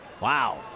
wow